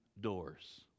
doors